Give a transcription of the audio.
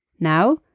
now,